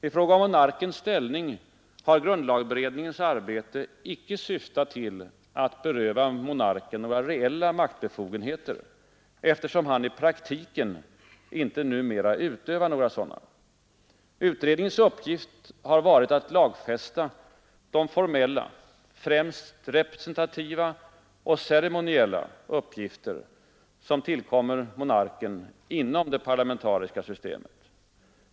I fråga om monarkens ställning har grundlagberedningens arbete icke syftat till att ”beröva monarken några reella maktbefogenheter”, eftersom han i praktiken icke numera utövar några sådana. Utredningens uppgift har varit att lagfästa de formella — främst representativa och ceremoniella uppgifter som tillkommer monarken inom det parlamentariska systemet.